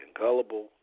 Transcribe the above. gullible